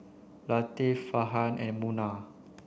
Latif Farhan and Munah